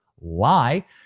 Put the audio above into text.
lie